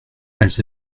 elles